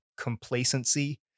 complacency